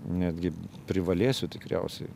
netgi privalėsiu tikriausiai